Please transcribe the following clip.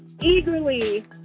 eagerly